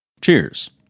Cheers